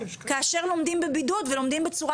כאשר לומדים בבידוד ולומדים בצורה